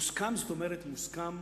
מוסכם, זאת אומרת, מוסכם